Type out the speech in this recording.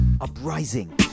Uprising